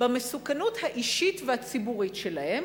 במסוכנות האישית והציבורית שלהם,